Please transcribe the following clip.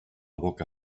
boca